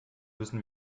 müssen